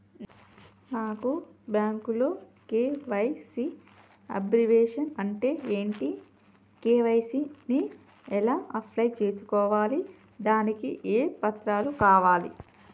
నాకు బ్యాంకులో KYC abbreviation అంటే ఏంటి కే.వై.సీ ని ఎలా అప్లై చేసుకోవాలి దానికి ఏ పత్రాలు కావాలి?